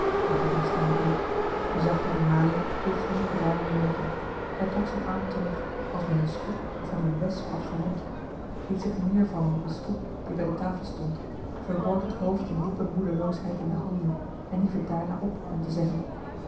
maar zij miste haar doel de zachte vermaning deed geene bedarende werking hij trok zijn arm terug als met een schok of hem eene wesp had gewond liet zich neêrvallen op een stoel die bij de tafel stond verborg het hoofd in diepe moedeloosheid in de handen en hief het daarna op om te zeggen